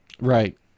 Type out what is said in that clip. Right